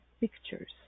pictures